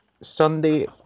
Sunday